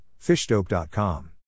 Fishdope.com